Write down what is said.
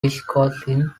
wisconsin